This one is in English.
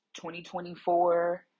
2024